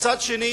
ומצד שני,